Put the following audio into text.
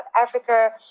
Africa